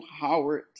Howard